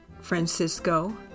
Francisco